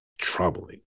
troubling